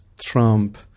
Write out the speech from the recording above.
Trump